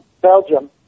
Belgium